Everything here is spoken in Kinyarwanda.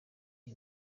iyi